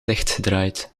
dichtgedraaid